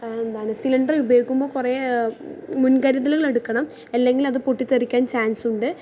എന്താണ് സിലിണ്ടർ ഉപയോഗിക്കുമ്പോൾ കുറേ മുൻകരുതലുക ൾ എടുക്കണം അല്ലെങ്കിൽ അത് പൊട്ടിത്തെറിക്കാൻ ചാൻസ് ഉണ്ട്